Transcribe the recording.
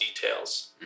details